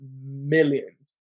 millions